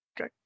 Okay